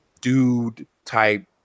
dude-type